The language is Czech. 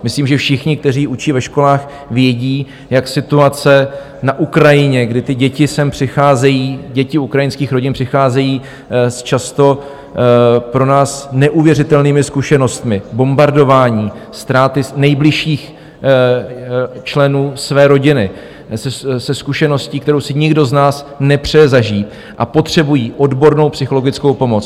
Myslím, že všichni, kteří učí ve školách, vědí, jak situace na Ukrajině, kdy děti ukrajinských rodin sem přicházejí s často pro nás neuvěřitelnými zkušenostmi bombardování, ztráty nejbližších členů rodiny, se zkušeností, kterou si nikdo z nás nepřeje zažít, a potřebují odbornou psychologickou pomoc.